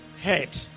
head